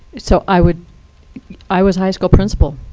so i would i was high school principal,